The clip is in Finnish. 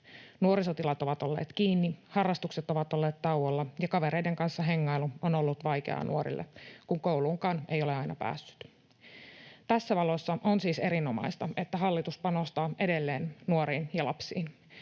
Nuorisotilat ovat olleet kiinni, harrastukset ovat olleet tauolla, ja kavereiden kanssa hengailu on ollut vaikeaa nuorille, kun kouluunkaan ei ole aina päässyt. Tässä valossa on siis erinomaista, että hallitus panostaa edelleen nuoriin ja lapsiin.